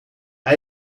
hij